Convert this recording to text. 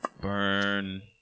burn